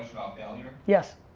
failure. yes.